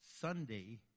Sunday